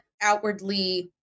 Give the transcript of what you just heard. outwardly